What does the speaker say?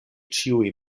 ĉiuj